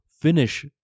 finish